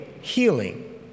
healing